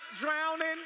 drowning